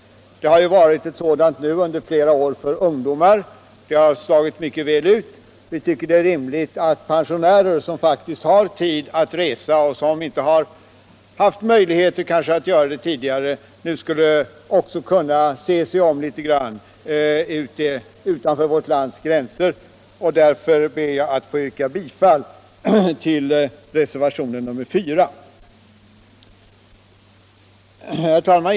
Ett sådant har under flera år funnits för ungdomar, och det har slagit mycket väl ut. Vi tycker att det är rimligt att pensionärer, som faktiskt har tid att resa och som kanske inte har kunnat göra det tidigare, nu får en möjlighet att se sig om litet utanför vårt lands gränser. Jag ber därför att få yrka bifall till reservationen 4. Herr talman!